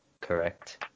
correct